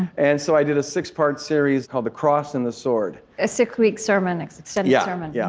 and so i did a six-part series called the cross and the sword. a six-week sermon, extended yeah sermon? yeah.